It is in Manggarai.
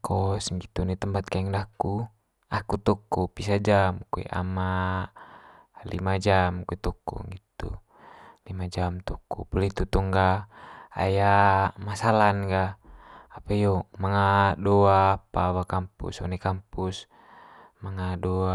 kos nggitu one tempat kaeng daku aku toko pisa jam koe am lima jam koe toko, nggitu. Lima jam toko poli itu tong ga ai masalan ga apa hio manga do apa wa kampus one kampus manga do